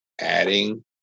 adding